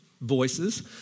voices